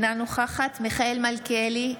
אינה נוכחת מיכאל מלכיאלי,